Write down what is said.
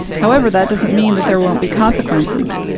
however, that doesn't mean that there won't be consequences,